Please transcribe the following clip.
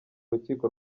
rukiko